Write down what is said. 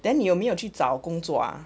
then 你有没有去找工作 ah